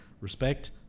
respect